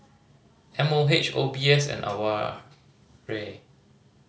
M O H O B S and AWARE